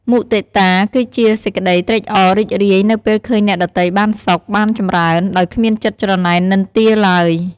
មុទិតា គឺជាសេចក្តីត្រេកអររីករាយនៅពេលឃើញអ្នកដទៃបានសុខ បានចម្រើន ដោយគ្មានចិត្តច្រណែននិន្ទាឡើយ។